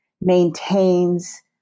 maintains